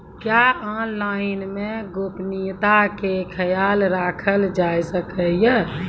क्या ऑनलाइन मे गोपनियता के खयाल राखल जाय सकै ये?